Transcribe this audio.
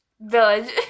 Village